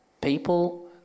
people